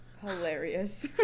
hilarious